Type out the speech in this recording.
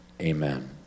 Amen